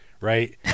Right